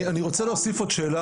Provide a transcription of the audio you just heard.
אני רוצה להוסיף עוד אמירה,